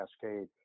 cascade